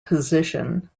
position